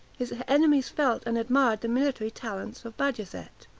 his enemies felt and admired the military talents of bajazet.